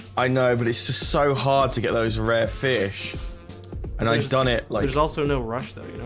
i know but it's just so hard to get those rare fish and i've done it like it's also no rush though, you know